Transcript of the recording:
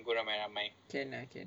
can lah can